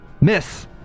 Miss